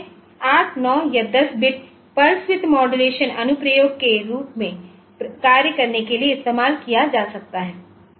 इसे 8 9 या 10 bit pulse width modulation अनुप्रयोगों के रूप में कार्य करने के लिए इस्तेमाल किया जा सकता है